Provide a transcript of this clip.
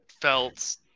felt